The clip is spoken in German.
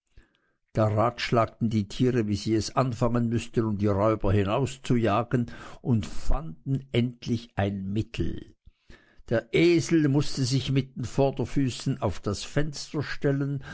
ratschlagten die tiere wie sie es anfangen müßten um die räuber hinauszujagen und fanden endlich ein mittel der esel mußte sich mit den vorderfüßen auf das fenster stellen